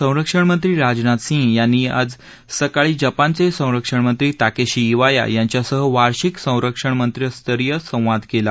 संरक्षणमंत्री राजनाथ सिंग यांनी आज सकाळी जपानचे संरक्षणमंत्री ताकेशी बिया यांच्यासह वार्षिक संरक्षणमंत्रीस्तरीय संवाद केला